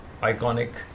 iconic